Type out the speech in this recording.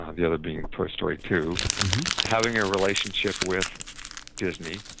the other being toy story two having a relationship with disney.